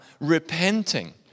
repenting